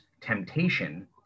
temptation